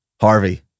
Harvey